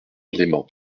leyment